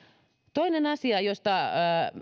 toinen asia josta